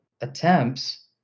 attempts